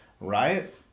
right